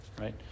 right